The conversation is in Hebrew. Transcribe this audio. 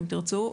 אם תרצו,